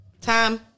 Tom